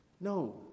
No